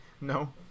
No